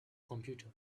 computer